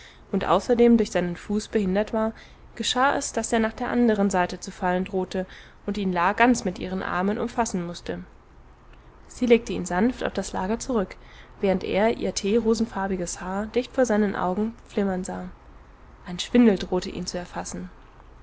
und außerdem durch seinen fuß behindert war geschah es daß er nach der andern seite zu fallen drohte und ihn la ganz mit ihren armen umfassen mußte sie legte ihn sanft auf das lager zurück während er ihr teerosenfarbiges haar dicht vor seinen augen flimmern sah ein schwindel drohte ihn zu erfassen